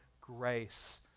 grace